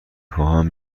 خواهم